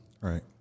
Right